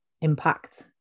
impact